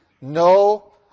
no